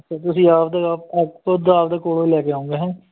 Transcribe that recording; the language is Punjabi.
ਤਾਂ ਤੁਸੀਂ ਆਪਣੇ ਆਪ ਖੁਦ ਆਪਣੇ ਕੋਲੋਂ ਹੀ ਲੈ ਕੇ ਆਉਗੇ ਹੈਂ